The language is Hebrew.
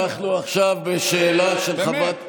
אנחנו עכשיו בשאלה של חברת הכנסת,